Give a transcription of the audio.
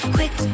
Quick